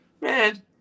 man